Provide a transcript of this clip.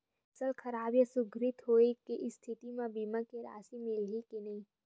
फसल खराब या सूखाग्रस्त होय के स्थिति म बीमा के राशि मिलही के नही?